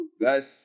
guys